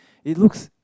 it looks